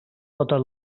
totes